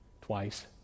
twice